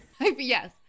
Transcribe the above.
Yes